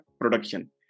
production